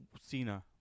Cena